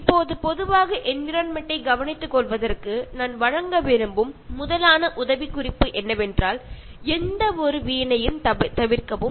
இப்போது பொதுவாக என்விரான்மென்ட் ட்டைக் கவனித்துக் கொள்வதற்கு நான் வழங்க விரும்பும் முதலான உதவிக்குறிப்பு என்னவென்றால் எந்தவொரு வீணையும் தவிர்க்கவும்